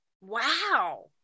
wow